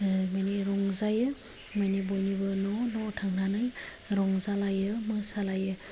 बेनि रंजायो माने बयनिबो न' न' थांनानै रंजायो मोसायो